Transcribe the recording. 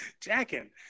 jacking